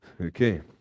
Okay